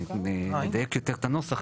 נדייק יותר את הנוסח,